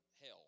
hell